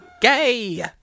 gay